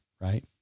right